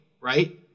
Right